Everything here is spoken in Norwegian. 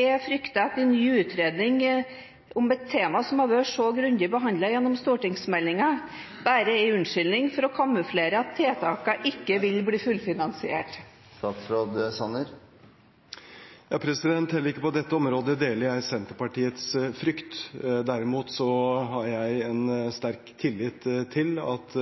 Jeg frykter at en ny utredning om et tema som har vært så grundig behandlet gjennom stortingsmeldingen, bare er en unnskyldning for å kamuflere at tiltakene ikke vil bli fullfinansiert. Heller ikke på dette området deler jeg Senterpartiets frykt. Derimot har jeg en sterk tillit til at